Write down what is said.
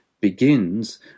begins